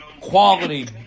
quality